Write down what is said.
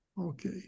Okay